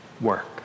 work